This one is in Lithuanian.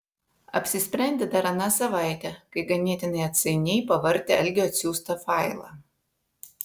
apsisprendė dar aną savaitę kai ganėtinai atsainiai pavartė algio atsiųstą failą